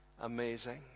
amazing